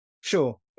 sure